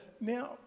now